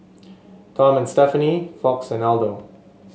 Tom and Stephanie Fox and Aldo